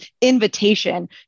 invitation